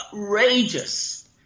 outrageous